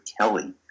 Kelly